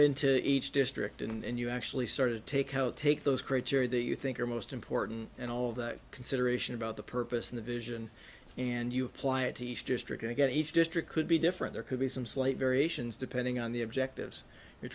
into each district and you actually started take out take those criteria that you think are most important and all of that consideration about the purpose of the vision and you apply it to each district and get each district could be different there could be some slight variations depending on the objectives you're